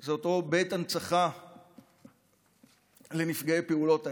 היא אותו בית הנצחה לנפגעי פעולות האיבה.